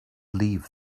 leave